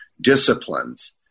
disciplines